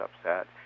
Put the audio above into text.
upset